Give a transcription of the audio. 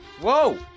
Whoa